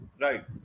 Right